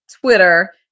Twitter